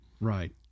Right